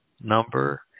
number